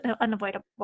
unavoidable